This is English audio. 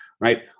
right